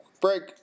break